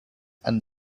and